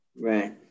Right